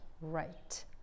right